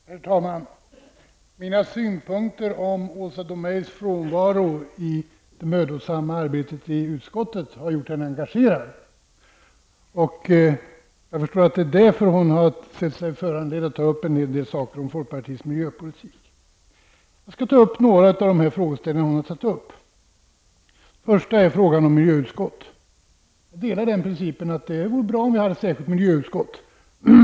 Herr talman! Mina synpunkter på Åsa Domeijs frånvaro från det mödosamma arbetet i utskottet har gjort henne engagerad. Jag förstår att det är därför hon har sett sig föranledd att ta upp en hel del saker om folkpartiets miljöpolitik. Jag skall beröra några av de frågeställningar hon har tagit upp. Den första frågan gäller miljöutskott. Jag delar principen att det vore bra om vi hade ett särskilt miljöutskott.